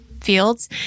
fields